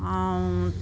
ऐं